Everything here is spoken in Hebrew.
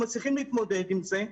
אנחנו מצליחים להתמודד עם זה.